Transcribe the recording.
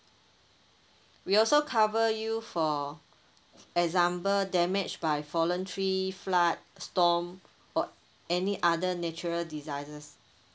we also cover you for example damage by fallen tree flood storm or any other natural disasters